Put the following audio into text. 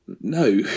No